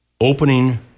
Opening